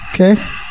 okay